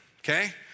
okay